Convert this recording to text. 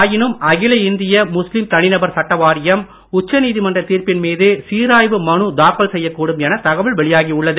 ஆயினும் அகில இந்திய முஸ்லீம் தனிநபர் சட்ட வாரியம் உச்சநீதிமன்ற தீர்ப்பின் மீது சீராய்வு மனு தாக்கல் செய்யக்கூடும் என தகவல் வெளியாகி உள்ளது